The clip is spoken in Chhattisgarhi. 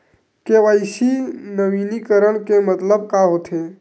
के.वाई.सी नवीनीकरण के मतलब का होथे?